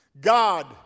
God